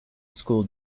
school